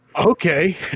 okay